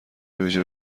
ویژه